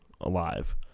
alive